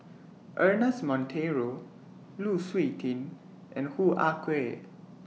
Ernest Monteiro Lu Suitin and Hoo Ah Kay